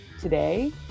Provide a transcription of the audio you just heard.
today